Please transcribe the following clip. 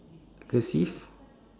cursive